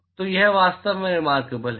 तो यह वास्तव में रिमार्केबल है